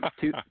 two